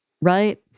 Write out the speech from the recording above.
right